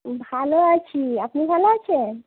ভালো আছি আপনি ভালো আছেন